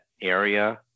area